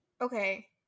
okay